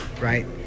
right